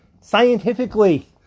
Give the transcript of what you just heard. scientifically